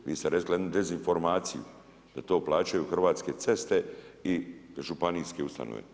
Vi ste rekli jednu dezinformaciju da to plaćaju Hrvatske ceste i županijske ustanove.